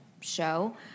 show